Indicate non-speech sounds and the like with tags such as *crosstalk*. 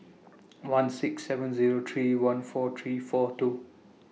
*noise* one six seven Zero three one four three four two